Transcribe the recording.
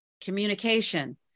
communication